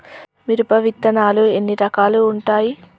మిరప విత్తనాలు ఎన్ని రకాలు ఉంటాయి?